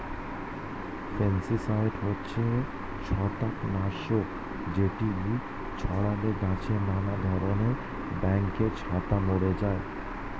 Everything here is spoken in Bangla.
ফাঙ্গিসাইড হচ্ছে ছত্রাক নাশক যেটি ছড়ালে গাছে নানা ধরণের ব্যাঙের ছাতা মরে যায়